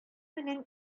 белән